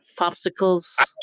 popsicles